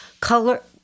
color